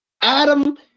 Adam